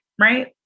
right